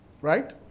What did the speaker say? right